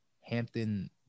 Hampton